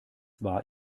war